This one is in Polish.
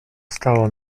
stało